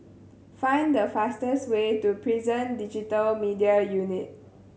find the fastest way to Prison Digital Media Unit